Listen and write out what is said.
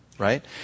right